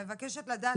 אני מבקשת לדבר,